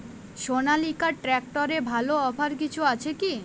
সনালিকা ট্রাক্টরে ভালো অফার কিছু আছে কি?